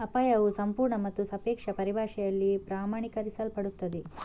ಅಪಾಯವು ಸಂಪೂರ್ಣ ಮತ್ತು ಸಾಪೇಕ್ಷ ಪರಿಭಾಷೆಯಲ್ಲಿ ಪ್ರಮಾಣೀಕರಿಸಲ್ಪಡುತ್ತದೆ